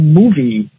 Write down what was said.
movie